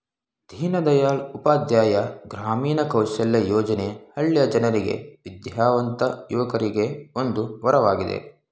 ದೀನದಯಾಳ್ ಉಪಾಧ್ಯಾಯ ಗ್ರಾಮೀಣ ಕೌಶಲ್ಯ ಯೋಜನೆ ಹಳ್ಳಿಯ ಜನರಿಗೆ ವಿದ್ಯಾವಂತ ಯುವಕರಿಗೆ ಒಂದು ವರವಾಗಿದೆ